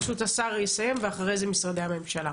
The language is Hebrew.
פשוט השר יסיים ואחרי זה משרדי הממשלה.